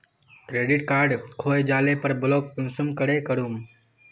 Credit card खोये जाले पर ब्लॉक कुंसम करे करूम?